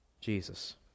Jesus